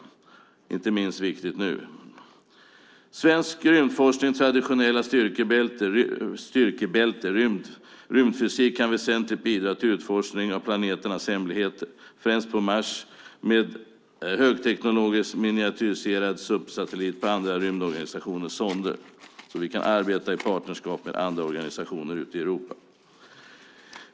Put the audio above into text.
Det är inte minst viktigt nu. Svensk rymdforsknings traditionella styrkebälte, rymdfysik, kan väsentligt bidra till utforskning av planeternas hemligheter, främst på Mars, med en högteknologisk miniatyriserad subsatellit på andra rymdorganisationers sonder. Då kan vi arbeta i partnerskap med andra organisationer i Europa.